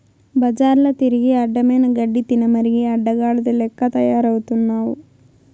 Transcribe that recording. బజార్ల తిరిగి అడ్డమైన గడ్డి తినమరిగి అడ్డగాడిద లెక్క తయారవుతున్నావు